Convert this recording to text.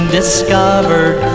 discovered